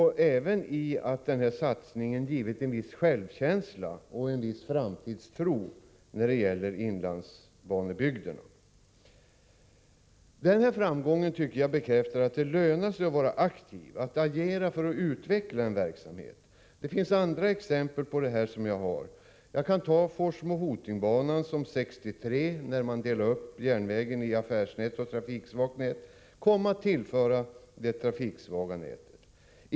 Satsningen har också skapat en viss självkänsla och framtidstro hos människorna i inlandsbanebygderna. Framgången bekräftar enligt min mening att det lönar sig att vara aktiv, att agera för att utveckla en verksamhet. Det finns andra exempel på detta. Jag kan nämna Forsmo-Hoting-banan, som 1963 i samband med uppdelningen av banorna i affärsnät och trafiksvaga nät kom att tillhöra det trafiksvaga nätet.